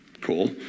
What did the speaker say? cool